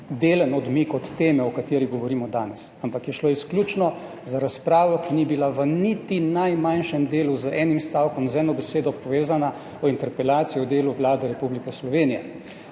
delni odmik od teme, o kateri govorimo danes, ampak je šlo izključno za razpravo, ki ni bila v niti najmanjšem delu z enim stavkom, z eno besedo povezana z interpelacijo o delu Vlade Republike Slovenije,